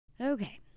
Okay